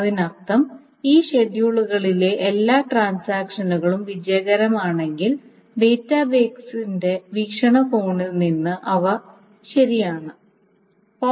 അതിനർത്ഥം ആ ഷെഡ്യൂളുകളിലെ എല്ലാ ട്രാൻസാക്ഷനുകളും വിജയകരമാണെങ്കിൽ ഡാറ്റാബേസിന്റെ വീക്ഷണകോണിൽ നിന്ന് അവ ശരിയാണെന്നാണ്